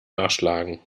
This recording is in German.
nachschlagen